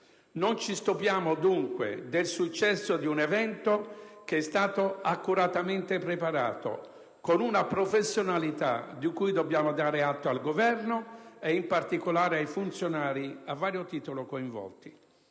Non ci stupiamo, dunque, del successo di un evento che è stato accuratamente preparato, con una professionalità di cui dobbiamo dare atto al Governo e in particolare ai funzionari a vario titolo coinvolti.